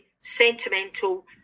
sentimental